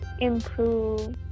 improve